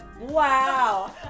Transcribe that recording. wow